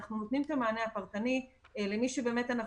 אנחנו נותנים את המענה הפרטני למי שאנחנו